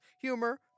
humor